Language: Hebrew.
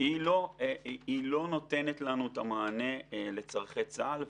לא נותנת לנו את המענה לצורכי צה"ל.